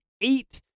eight